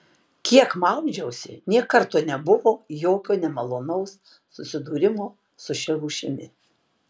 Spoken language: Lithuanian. kiek maudžiausi nė karto nebuvo jokio nemalonaus susidūrimo su šia rūšimi